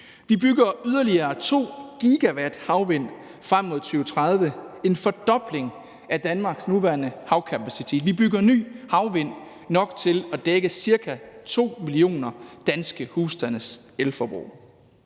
Vi bygger yderligere 2 GW havvindmøller frem mod 2030, en fordobling af Danmarks nuværende havkapacitet. Vi bygger nye havvindmøller nok til at dække ca. 2 millioner danske husstandes elforbrug.